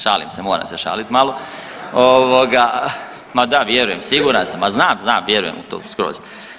Šalim se mora, se šalit malo. … [[Upadica se ne razumije]] Ma da vjerujem siguran sam, ma znam, znam, vjerujem u to skroz.